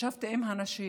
ישבתי עם הנשים,